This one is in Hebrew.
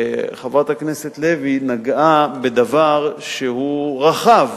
חברת הכנסת לוי נגעה בדבר שהוא רחב,